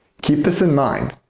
keep this in mind,